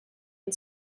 and